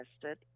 tested